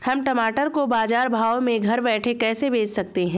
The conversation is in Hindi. हम टमाटर को बाजार भाव में घर बैठे कैसे बेच सकते हैं?